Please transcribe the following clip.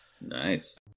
Nice